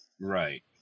Right